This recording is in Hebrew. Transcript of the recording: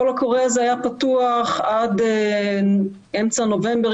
הקול הקורא הזה היה פתוח עד אמצע נובמבר,